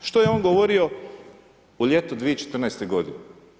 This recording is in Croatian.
Što je on govorio u ljetu 2014. godine?